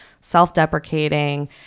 self-deprecating